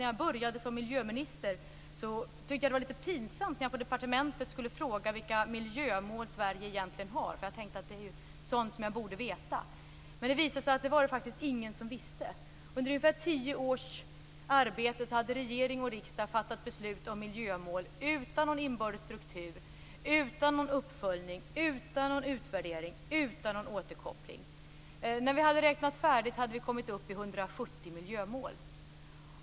Då jag började mitt arbete som miljöminister tyckte jag att det var litet pinsamt, när jag på departementet skulle fråga vilka miljömål Sverige egentligen har - jag tänkte att det är sådant som jag borde veta - att ingen, som det visade sig, visste det. Under ungefär tio års arbete hade regering och riksdag fattat beslut om miljömål utan någon inbördes struktur, utan uppföljning, utan utvärdering och utan återkoppling. När vi hade räknat färdigt var vi uppe i 170 miljömål.